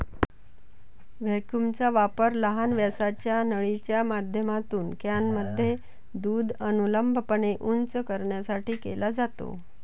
व्हॅक्यूमचा वापर लहान व्यासाच्या नळीच्या माध्यमातून कॅनमध्ये दूध अनुलंबपणे उंच करण्यासाठी केला जातो